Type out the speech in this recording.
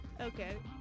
Okay